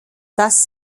das